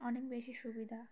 অনেক বেশি সুবিধা